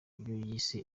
yise